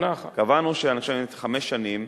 קבענו חמש שנים.